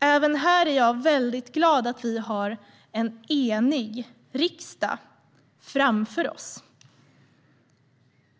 Även här är jag väldigt glad att vi har en enig riksdag framför oss.